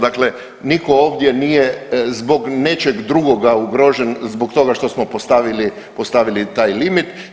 Dakle, nitko ovdje nije zbog nečega drugoga ugrožen zbog toga što smo postavili taj limit.